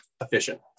efficient